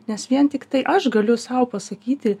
nes vien tiktai aš galiu sau pasakyti